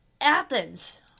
Athens